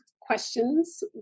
questions